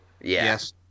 Yes